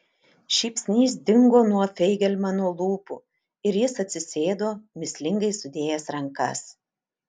šypsnys dingo nuo feigelmano lūpų ir jis atsisėdo mįslingai sudėjęs rankas